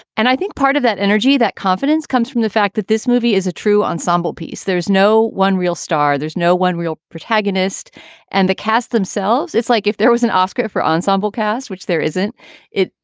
and i think part of that energy, that confidence comes from the fact that this movie is a true ensemble piece. there's no one real star, there's no one real protagonist and the cast themselves. it's like if there was an oscar for ensemble cast, which there isn't it?